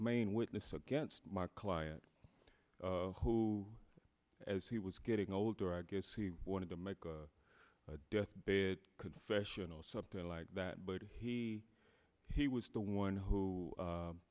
main witness against my client who as he was getting older i guess he wanted to make a deathbed confession or something like that but he he was the one who